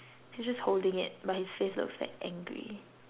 he's just holding it but his face looks like angry